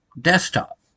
desktop